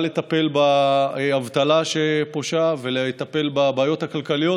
לטפל באבטלה שפושה ולטפל בבעיות הכלכליות.